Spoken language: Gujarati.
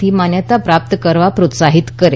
થી માન્યતા પ્રાપ્ત કરવા પ્રોત્સાહિત કરે